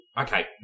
Okay